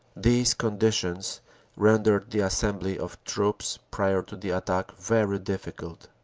these conditions rendered the assembly of troops prior to the attack very difficult.